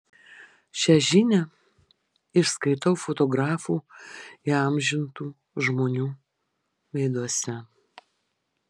šią žinią išskaitau fotografų įamžintų žmonių veiduose